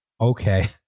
Okay